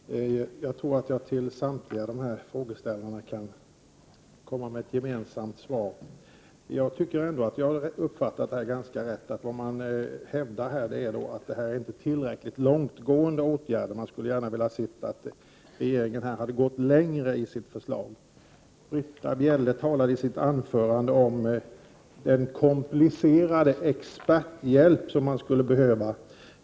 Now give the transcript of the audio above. Prot. 1988/89:124 Fru talman! Jag tror att jag kan komma med ett gemensamt svar till 30 maj 1989 samtliga frågeställare. Jag tycker ändå att jag har uppfattat detta ganska Ersättning ör kosmad riktigt. Man hävdar ju här att åtgärderna inte är tillräckligt långtgående. Man Ke de ö H RA er i ärenden och mål skulle gärna ha sett att regeringen skulle ha gått längre i sitt förslag. omskatt Britta Bjelle talade i sitt anförande om den experthjälp som man skulle behöva.